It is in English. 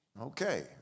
Okay